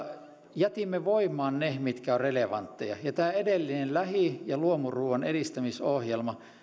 jätimme voimaan ne mitkä ovat relevantteja ja tämä edellinen lähi ja luomuruuan edistämisohjelma